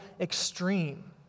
extreme